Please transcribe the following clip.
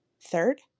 Third